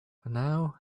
now